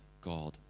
God